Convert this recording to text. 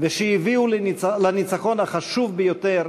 והביאו לניצחון החשוב ביותר